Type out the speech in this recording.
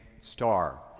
star